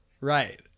Right